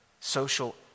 social